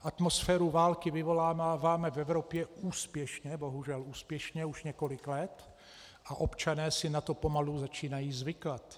Atmosféru války vyvoláváme v Evropě úspěšně, bohužel úspěšně, už několik let a občané si na to pomalu začínají zvykat.